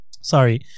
sorry